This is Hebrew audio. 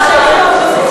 לשלום?